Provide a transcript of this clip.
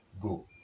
go